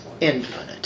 infinite